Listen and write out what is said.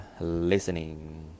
listening